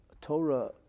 Torah